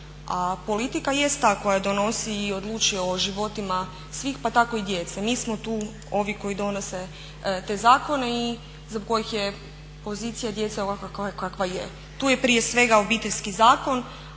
A politika jest ta koja donosi i odlučuje o životima svih pa tako i djece. Mi smo tu onv koji donose te zakone i za kojih je pozicija djece ovakva kakva je. Tu je prije svega Obiteljski zakon,